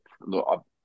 Look